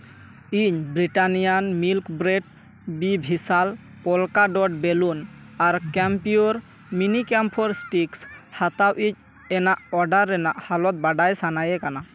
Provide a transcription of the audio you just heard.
ᱤᱧ Britannia milk bread ᱵᱤ ᱵᱷᱤᱥᱟᱞ ᱯᱚᱞᱠᱟ ᱰᱚᱴ ᱵᱮᱞᱩᱱ ᱟᱨ ᱠᱮᱢᱯᱤᱭᱳᱨ ᱢᱮᱱᱤᱠᱮᱢᱯᱷᱚᱨ ᱥᱴᱤᱠᱥ ᱦᱟᱛᱟᱣ ᱤᱡ ᱮᱱᱟᱜ ᱚᱰᱟᱨ ᱨᱮᱱᱟᱜ ᱦᱟᱞᱚᱛ ᱵᱟᱰᱟᱭ ᱥᱟᱱᱟᱭᱮ ᱠᱟᱱᱟ